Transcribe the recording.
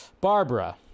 Barbara